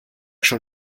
schon